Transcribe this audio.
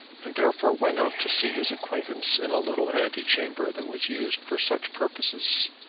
and therefore went out to see his acquaintance in a little antechamber that was used for such purposes.